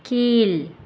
கீழ்